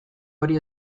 hori